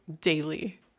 daily